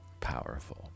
powerful